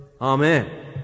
Amen